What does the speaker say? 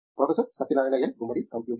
professor Satyanarayana N Gummadi computing